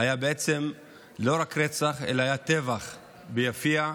היה בעצם לא רק רצח אלא טבח ביפיע,